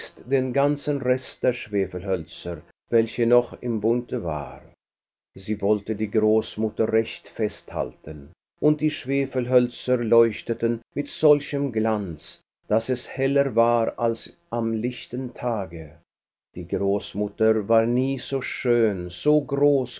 den ganzen rest der schwefelhölzer welche noch im bunde waren sie wollte die großmutter recht festhalten und die schwefelhölzer leuchteten mit solchem glanz daß es heller war als am lichten tage die großmutter war nie so schön so groß